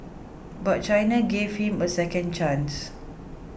but China gave him a second chance